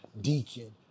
Deacon